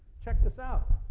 check this out.